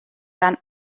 than